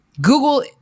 Google